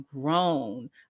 grown